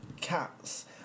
cats